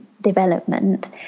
development